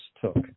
took